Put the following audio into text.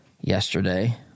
yesterday